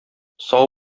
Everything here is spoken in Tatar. сау